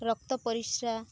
ରକ୍ତ ପରିସ୍ରା